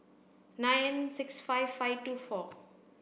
nine six five five two four